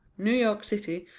new york city,